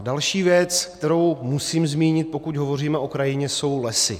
Další věc, kterou musím zmínit, pokud hovoříme o krajině, jsou lesy.